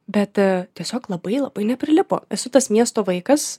bet tiesiog labai labai neprilipo esu tas miesto vaikas